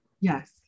Yes